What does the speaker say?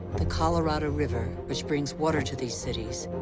the colorado river, which brings water to these cities,